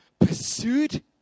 pursued